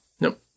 Nope